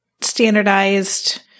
standardized